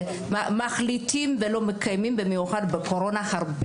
מחליטים ולא מקיימים במיוחד הקורונה הרבה